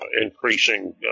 increasing